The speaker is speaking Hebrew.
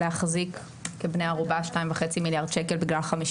להחזיק כבני ערובה 2.5 מיליארד שקלים בגלל 50